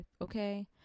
Okay